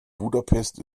budapest